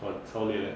!wah! 超累